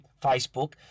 Facebook